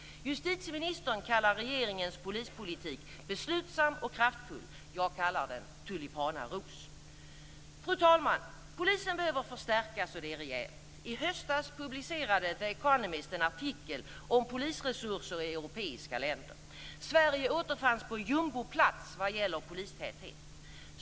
Justitieministern kallar regeringens polispolitik beslutsam och kraftfull. Jag kallar den tulipanaros. Fru talman! Polisen behöver förstärkas, och det rejält. I höstas publicerade The Economist en artikel om polisresurser i europeiska länder. Sverige återfanns på jumboplats vad gäller polistäthet.